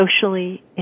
socially